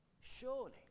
Surely